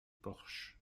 porche